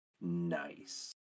Nice